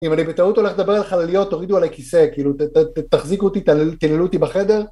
אם אני בטעות הולך לדבר על חלליות, תורידו עלי כיסא, כאילו, תחזיקו אותי, תנעלו אותי בחדר.